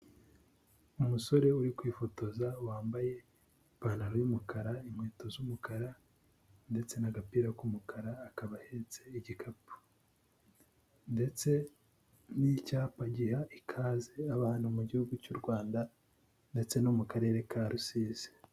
Umusore uri kwifotoza wambaye ipantaro y'umukara, inkweto z'umukara ndetse n'agapira k'umukara, akaba ahetse n'igikapu ndetse n'icyapa giha ikaze abana mu gihugu cy'u Rwanda ndetse no mu karere ka Rusizi.